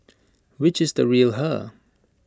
which is the real her